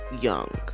young